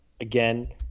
Again